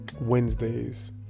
Wednesdays